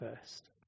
first